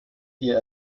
ihr